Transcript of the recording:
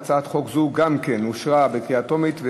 הצעת חוק זו אושרה גם כן בקריאה טרומית,